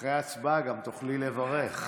לפיכך,